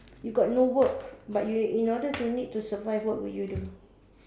you got no work but you in order to need to survive what would you do